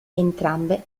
entrambe